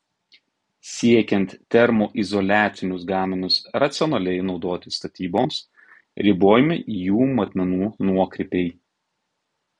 siekiant termoizoliacinius gaminius racionaliai naudoti statyboms ribojami jų matmenų nuokrypiai